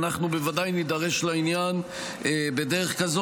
אנחנו בוודאי נידרש לעניין בדרך כזאת